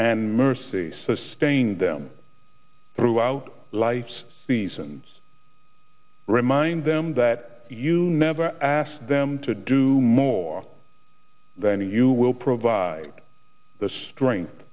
and mercy sustain them throughout life's seasons remind them that you never asked them to do more than you will provide the strength